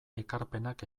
ekarpenak